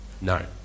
No